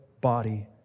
body